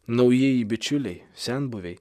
naujieji bičiuliai senbuviai